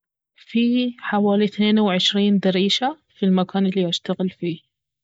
في حوالي اثنين وعشرين دريشة في المكان الي اشتغل فيه